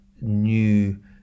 new